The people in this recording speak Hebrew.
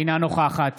אינה נוכחת